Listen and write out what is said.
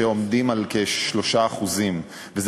שעומדים על כ-3% וזה,